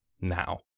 now